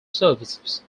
services